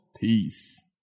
Peace